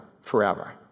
forever